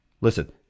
Listen